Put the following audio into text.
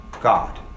God